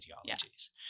ideologies